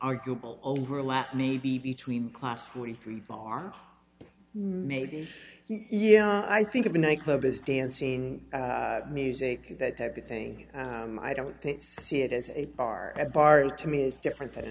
arguable overlap may be between class forty three bar maybe yeah i think of a nightclub as dancing music that type of thing and i don't see it as a bar at bars to me is different